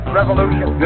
revolution